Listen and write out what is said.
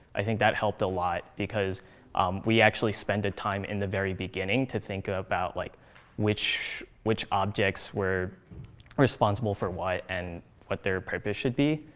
i think that helped a lot, because we actually spent the time in the very beginning to think about like which which objects were responsible for what and what their purpose should be.